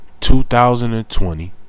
2020